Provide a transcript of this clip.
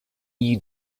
you